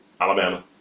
Alabama